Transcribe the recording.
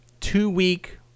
two-week